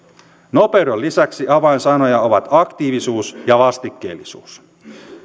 nopeuden lisäksi avainsanoja ovat aktiivisuus ja vastikkeellisuus